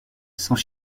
sans